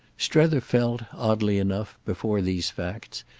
strether felt, oddly enough, before these facts,